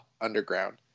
Underground